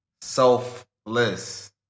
selfless